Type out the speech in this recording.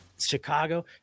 chicago